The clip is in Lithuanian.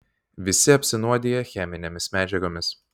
visi apsinuodiję cheminėmis medžiagomis